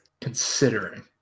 considering